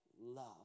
love